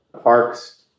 parks